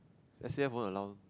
let's say won't allow